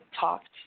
talked